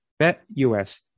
BetUS